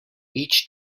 each